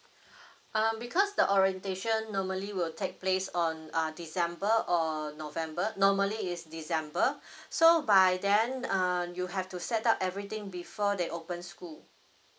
um because the orientation normally will take place on uh december or november normally it's december so by then uh you have to set up everything before they open school